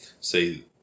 say